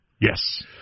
Yes